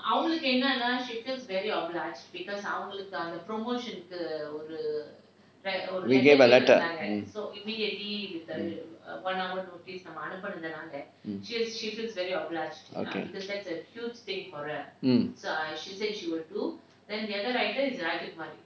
we gave a letter mm mm okay mm